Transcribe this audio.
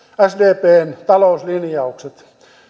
sdpn talouslinjaukset